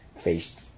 faced